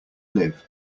live